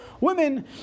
women